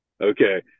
Okay